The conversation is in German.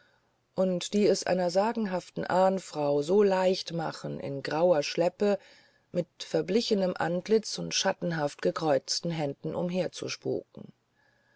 und die es einer sagenhaften ahnfrau so leicht machen in grauer schleppe mit verblichenem antlitz und schattenhaft gekreuzten händen umherzuspuken